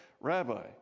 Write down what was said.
Rabbi